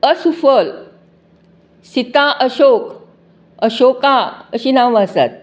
असूफल शीता अशोक अशोका अशीं नांवां आसात